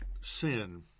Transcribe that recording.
sin